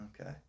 Okay